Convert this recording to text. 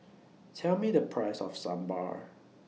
Tell Me The Price of Sambar